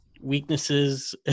weaknesses